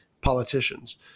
politicians